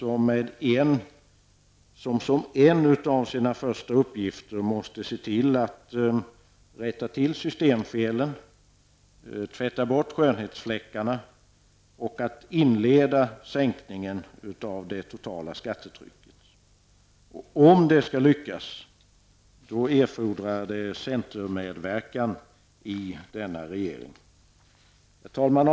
Den måste som en av sina uppgifter rätta till systemfelen, tvätta bort skönhetsfläckarna och inleda en sänkning av det totala skattetrycket. Om detta skall lyckas erfordras centermedverkan i denna regering. Herr talman!